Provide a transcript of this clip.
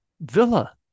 Villa